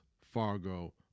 Fargo